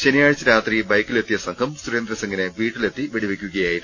ശനിയാഴ്ച രാത്രി ബൈക്കിലെത്തിയ സംഘം സുരേന്ദ്രസിംഗിനെ വീട്ടിലെത്തി വെടിവെയ്ക്കുകയായിരുന്നു